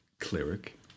cleric